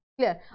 clear